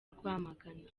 rwamagana